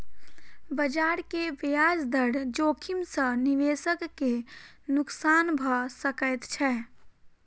बजार के ब्याज दर जोखिम सॅ निवेशक के नुक्सान भ सकैत छै